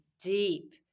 deep